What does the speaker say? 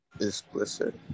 explicit